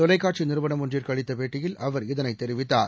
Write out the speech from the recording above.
தொலைக்காட்சி நிறுவனம் ஒன்றிற்கு அளித்த பேட்டியில் அவர் இதை தெரிவித்தார்